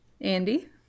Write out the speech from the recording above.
Andy